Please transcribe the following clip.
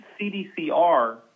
CDCR